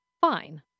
Fine